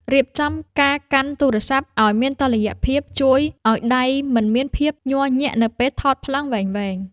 រៀបចំការកាន់ទូរស័ព្ទឱ្យមានតុល្យភាពជួយឱ្យដៃមិនមានភាពញ័រញាក់នៅពេលថតប្លង់វែងៗ។